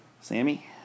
Sammy